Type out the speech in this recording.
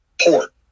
port